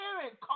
Spirit